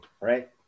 right